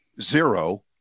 zero